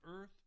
earth